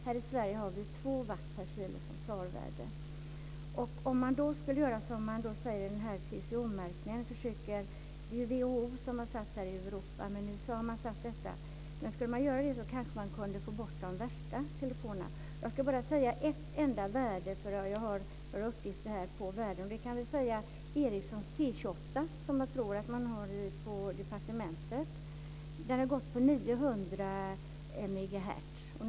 Här i Sverige har vi 2 watt per kilo som SAR Om man gör som man säger i TCO-märkningen - det är WHO som har satt värden här i Europa - kanske vi kunde få bort de värsta telefonerna. Jag ska bara nämna ett enda värde. Jag har här några uppgifter på värden. Ericssons modell T28, som jag tror att man har på departementet, har gått på 900 megahertz.